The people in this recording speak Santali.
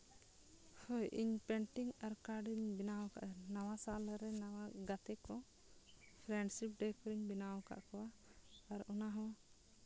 ᱦᱳᱭ ᱤᱧ ᱯᱮᱱᱴᱤᱝ ᱟᱨ ᱠᱟᱨᱰ ᱤᱧ ᱵᱮᱱᱟᱣ ᱟᱠᱟᱫᱼᱟ ᱱᱟᱣᱟ ᱥᱟᱞᱨᱮ ᱱᱟᱣᱟ ᱜᱟᱛᱮ ᱠᱚ ᱯᱷᱨᱮᱱᱰᱥᱤᱯ ᱰᱮ ᱠᱚᱧ ᱵᱮᱱᱟᱣ ᱟᱠᱟᱫ ᱠᱚᱣᱟ ᱟᱨ ᱚᱱᱟ ᱦᱚᱸ